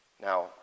Now